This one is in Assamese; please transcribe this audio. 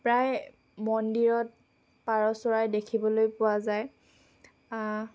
প্ৰায় মন্দিৰত পাৰ চৰাই দেখিবলৈ পোৱা যায়